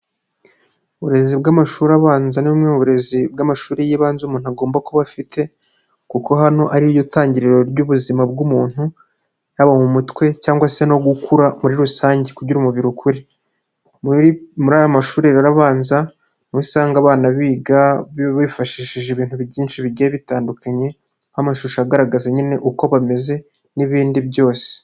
Uburezi bw'amashuri abanza ni bumwe mu burezi bw'amashuri y'ibanze umuntu agomba kuba afite kuko hano ariryo tangiriro ry'ubuzima bw'umuntu. Haba mu mutwe cyangwa se no gukura muri rusange kugira ngo umubiri ukure. Muri aya mashuri abanza niho usanga abana biga bifashishije ibintu byinshi bigiye bitandukanye, nk'amashusho agaragaza nyine uko bameze n'ibindi byose.